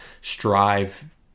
strive